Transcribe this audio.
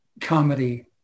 comedy